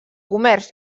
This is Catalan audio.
comerç